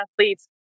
athletes